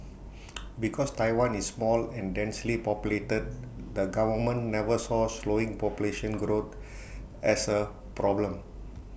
because Taiwan is small and densely populated the government never saw slowing population growth as A problem